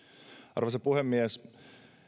arvoisa puhemies